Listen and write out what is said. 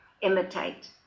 imitate